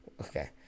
okay